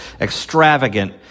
extravagant